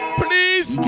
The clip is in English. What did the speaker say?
please